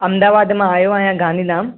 अहमदाबाद मां आयो आहियां गांधी धाम